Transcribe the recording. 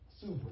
super